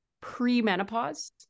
pre-menopause